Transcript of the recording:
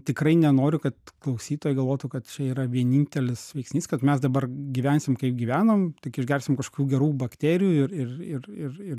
tikrai nenoriu kad klausytojai galvotų kad čia yra vienintelis veiksnys kad mes dabar gyvensim kaip gyvenom tik išgersim kažkokių gerų bakterijų ir ir ir ir ir